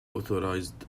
authorised